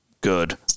good